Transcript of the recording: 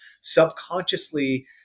Subconsciously